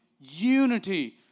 unity